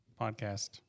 podcast